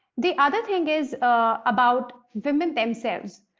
the other thing is about women themselves.